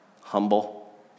humble